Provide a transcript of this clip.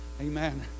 Amen